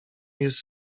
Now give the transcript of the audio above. jest